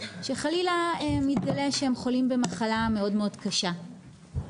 שחלילה מתגלה שהם חולים במחלה מאוד מאוד קשה,